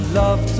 love